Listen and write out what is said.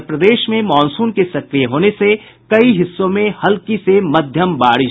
और प्रदेश में मॉनसून के सकिय होने से कई हिस्सों में हल्की से मध्यम बारिश